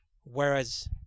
whereas